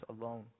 alone